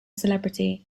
celebrity